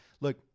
look